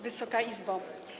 Wysoka Izbo!